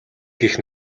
гэх